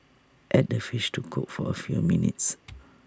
add the fish to cook for A few minutes